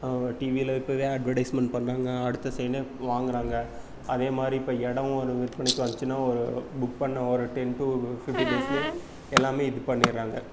டிவியில் இப்போ தான் அட்வடைஸ்மண்ட் பண்ணாங்க அடுத்த செகேண்டே வாங்குறாங்க அதே மாதிரி இப்போ இடம் ஒரு விற்பனைக்கு வந்துச்சுனா புக் பண்ண ஒரு டென் டூ ஃபிஃப்ட்டீன் டேஸ்லே எல்லாமே இது பண்ணிடுறாங்க